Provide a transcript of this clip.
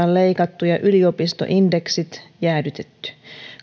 leikattu ja yliopistoindeksit jäädytetty